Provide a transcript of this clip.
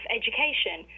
education